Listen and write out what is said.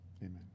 Amen